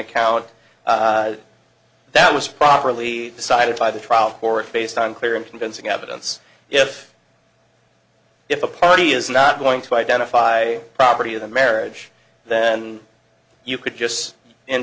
account that was properly decided by the trial court based on clear and convincing evidence if if a party is not going to identify a property of the marriage then you could just